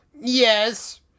Yes